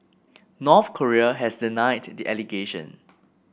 North Korea has denied the allegation